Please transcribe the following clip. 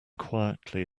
quietly